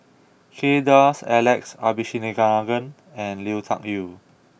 Kay Das Alex Abisheganaden and Lui Tuck Yew